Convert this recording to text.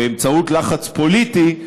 באמצעות לחץ פוליטי,